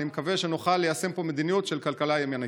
אני מקווה שנוכל ליישם פה מדיניות של כלכלה ימנית.